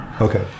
Okay